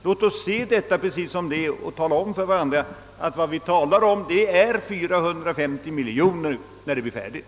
Låt oss se detta förhållande precis som det är och tala om för varandra att vad det gäller är 450 miljoner när systemet blir färdigt.